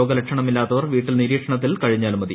രോഗലക്ഷണമില്ലാത്തവർ വീട്ടിൽ നിരീക്ഷണത്തിൽ കഴിഞ്ഞാൽ മതി